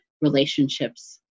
relationships